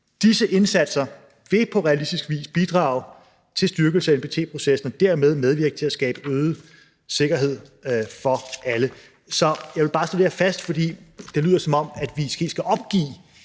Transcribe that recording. Disse indsatser vil på realistisk vis bidrage til styrkelse af NPT-processen og dermed medvirke til at skabe øget sikkerhed for alle. Så jeg vil bare slå det her fast, for det lyder, som om at vi helt skal opgive